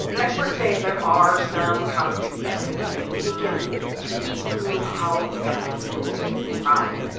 experts say there are some concrete steps that can be taken to improve how the government deals with the problem.